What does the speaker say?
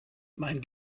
mein